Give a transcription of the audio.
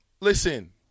Listen